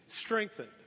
strengthened